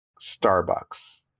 Starbucks